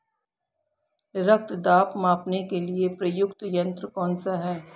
रक्त दाब मापने के लिए प्रयुक्त यंत्र कौन सा है?